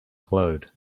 glowed